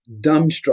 dumbstruck